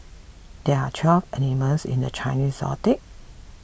there are twelve animals in the Chinese zodiac